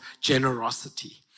generosity